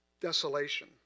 desolation